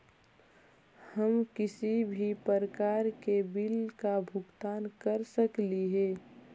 हम किसी भी प्रकार का बिल का भुगतान कर सकली हे?